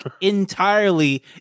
entirely